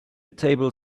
table